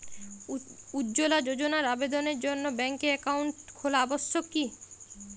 উজ্জ্বলা যোজনার আবেদনের জন্য ব্যাঙ্কে অ্যাকাউন্ট খোলা আবশ্যক কি?